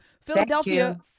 Philadelphia